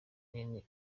nini